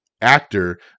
actor